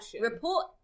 report